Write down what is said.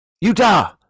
utah